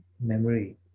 memory